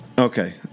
Okay